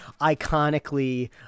iconically